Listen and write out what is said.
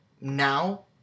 now